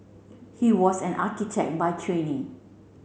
he was an architect by training